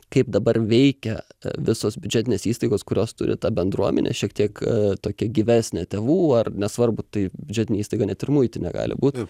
kaip dabar veikia visos biudžetinės įstaigos kurios turi tą bendruomenę šiek tiek tokią gyvesnę tėvų ar nesvarbu tai biudžetinė įstaiga net ir muitinė gali būt